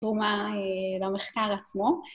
‫תרומה למחקר עצמו.